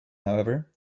however